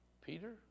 Peter